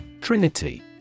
Trinity